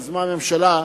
שיזמה הממשלה,